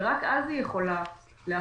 ורק אז היא יכולה להכריז.